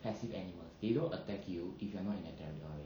passive animals they don't you attack you if you are not in their territory